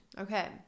Okay